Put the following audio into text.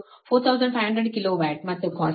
ಆದ್ದರಿಂದ PL 4500 kilowatt ಮತ್ತು cos ಇದು 0